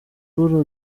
pour